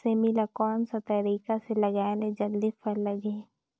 सेमी ला कोन सा तरीका से लगाय ले जल्दी फल लगही?